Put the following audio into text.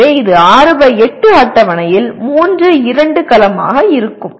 எனவே இது 6 பை 8 அட்டவணையில் 3 2 கலமாக இருக்கும்